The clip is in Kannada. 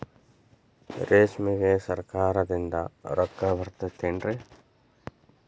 ರೇಷ್ಮೆಗೆ ಸರಕಾರದಿಂದ ರೊಕ್ಕ ಬರತೈತೇನ್ರಿ?